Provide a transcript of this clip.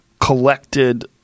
collected –